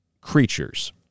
creatures